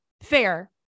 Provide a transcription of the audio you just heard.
Fair